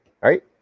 Right